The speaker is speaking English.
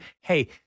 hey